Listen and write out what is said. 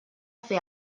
fer